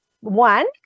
one